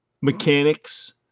mechanics